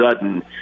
sudden